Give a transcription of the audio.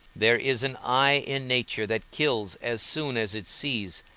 there is an eye in nature that kills as soon as it sees,